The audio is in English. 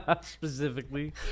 specifically